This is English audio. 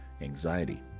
anxiety